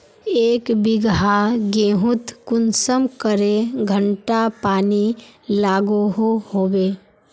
एक बिगहा गेँहूत कुंसम करे घंटा पानी लागोहो होबे?